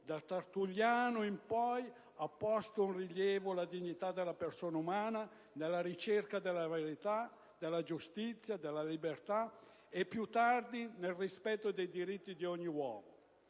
da Tertulliano in poi, ha posto in rilievo la dignità della persona umana nella ricerca della verità, della giustizia, della libertà e più tardi nel rispetto dei diritti di ogni uomo.